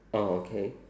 orh okay